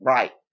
Right